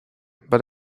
but